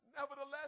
nevertheless